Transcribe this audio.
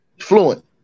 fluent